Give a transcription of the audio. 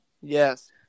Yes